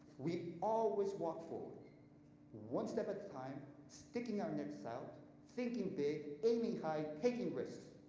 we always walk forward one step at a time, sticking our necks out thinking big, aiming high, taking risks,